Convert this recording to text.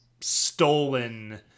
stolen